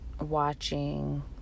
watching